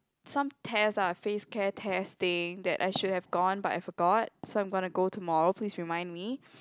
some test ah face care test thing that I should have gone but I forgot so I am gonna go tomorrow please remind me